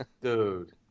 Dude